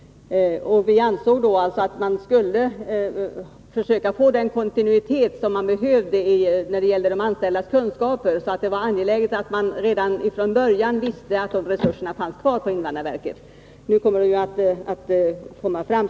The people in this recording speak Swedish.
26 maj 1983 Vi ansåg alltså att man skulle försöka få nödvändig kontinuitet när det gällde de anställdas kunskaper och att det var angeläget att man redan från början visste att de resurserna fanns kvar på invandrarverket. Nu kommer pengarna att tas fram.